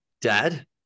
Dad